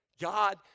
God